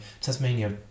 Tasmania